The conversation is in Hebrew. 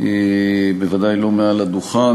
בוודאי לא מעל הדוכן.